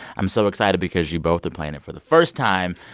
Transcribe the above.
i'm so excited because you both are playing it for the first time.